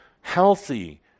healthy